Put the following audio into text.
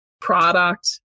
product